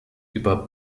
über